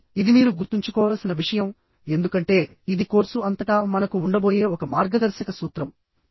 ఆపై ఇది మీరు గుర్తుంచుకోవలసిన విషయం ఎందుకంటే ఇది కోర్సు అంతటా మనకు ఉండబోయే ఒక మార్గదర్శక సూత్రం